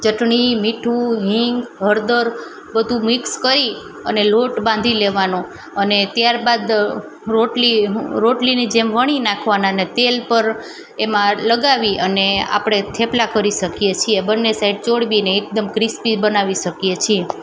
ચટણી મીઠું હિંગ હળદર બધું મિક્સ કરી અને લોટ બાંધી લેવાનો અને ત્યારબાદ રોટલી રોટલીની જેમ વણી નાખવાના તેલ પર એમાં લગાવી અને આપણે થેપલા કરી શકીએ છીએ બંને સાઈડ ચોડવીને એકદમ ક્રિસ્પી બનાવી શકીએ છીએ